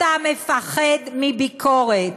אתה מפחד מביקורת,